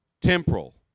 temporal